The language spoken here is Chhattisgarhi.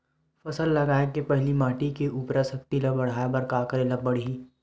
फसल लगाय के पहिली माटी के उरवरा शक्ति ल बढ़ाय बर का करेला पढ़ही?